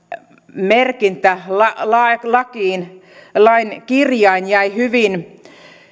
merkintä lakiin lakiin lain kirjain jäi hyvin